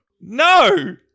No